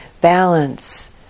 balance